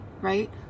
right